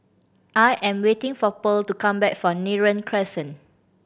I am waiting for Pearl to come back from Neram Crescent